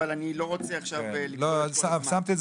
אבל אני לא רוצה עכשיו --- שמתי את